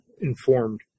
informed